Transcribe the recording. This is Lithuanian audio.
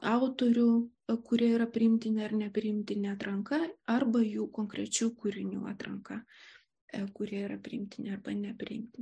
autorių kurie yra priimtini ar nepriimtini atranka arba jų konkrečių kūrinių atranka kurie yra priimtini arba nepriimtini